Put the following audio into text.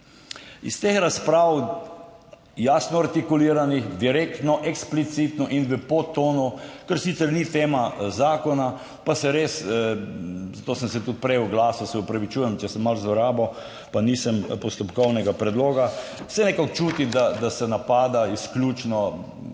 Iz teh razprav, jasno artikuliranih, direktno, eksplicitno in v podtonu, kar sicer ni tema zakona, pa se res - zato sem se tudi prej oglasil, se opravičujem, če sem malo zlorabil, pa nisem postopkovnega predloga -, se nekako čuti, da se napada izključno